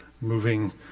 moving